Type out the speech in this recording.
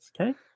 okay